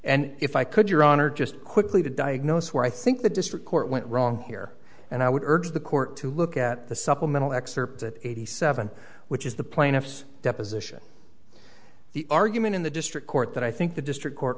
and if i could your honor just quickly to diagnose where i think the district court went wrong here and i would urge the court to look at the supplemental excerpt at eighty seven which is the plaintiff's deposition the argument in the district court that i think the district court